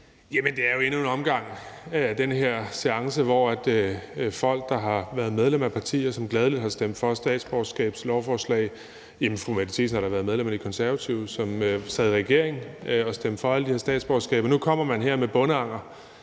Jamen det er jo endnu en omgang af den her seance med folk, der har været medlem af partier, som gladelig har stemt for statsborgerskabslovforslag. Fru Mette Thiesen har været medlem af De Konservative, som sad i regering og stemte for alle de her statsborgerskaber, og nu kommer man her med bondeanger